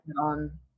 on